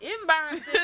embarrassing